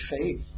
faith